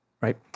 right